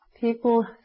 people